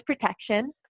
protection